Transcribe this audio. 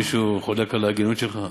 מישהו חולק על ההגינות שלך,